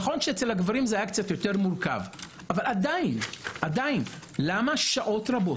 נכון שאצל הגברים זה היה קצת יותר מורכב אבל עדיין מדוע במשך שעות רבות,